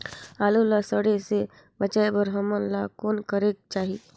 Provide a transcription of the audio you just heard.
आलू ला सड़े से बचाये बर हमन ला कौन करेके चाही?